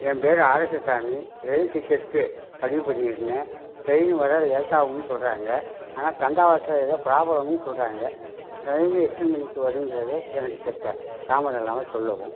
என் பெயரு Arokiasamy rail ticket பதிவு பண்ணியிருந்தேன் ட்ரெயின் வர லேட்டாகுன்னு சொல்கிறாங்க ஆனால் தண்டவாளத்தில் ஏதோ ப்ராப்ளம்னு சொல்கிறாங்க ட்ரெயினு எத்தனி மணிக்கு வருங்கிறதே எனக்கு செத்த தாமதம் இல்லாமல் சொல்லவும்